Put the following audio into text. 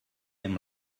him